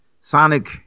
Sonic